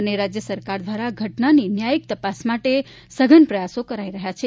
અને રાજ્ય સરકાર દ્વારા ઘટનાની ન્યાયીક તપાસ માટે સઘન પ્રયાસો કરાઈ રહ્યા છે